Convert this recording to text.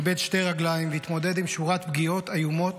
איבד שתי רגליים והתמודד עם שורת פגיעות איומות